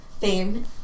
fame